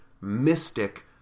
mystic